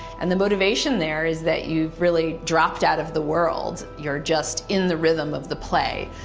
and the motivation there is that you've really dropped out of the world, you're just in the rhythm of the play.